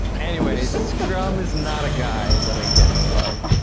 anyway, scrum is not a guy that ain't getting no love.